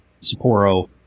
Sapporo